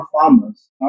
farmers